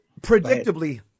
Predictably